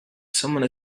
someone